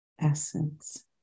essence